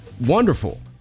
wonderful